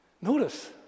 notice